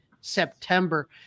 September